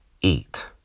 eat